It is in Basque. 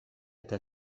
eta